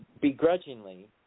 begrudgingly